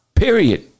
Period